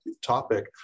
topic